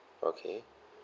okay